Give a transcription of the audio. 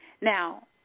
Now